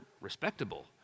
respectable